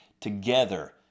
together